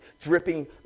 Dripping